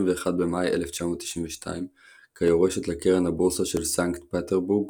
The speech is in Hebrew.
במאי 1992 כיורשת לקרן הבורסה של סנקט פטרבורג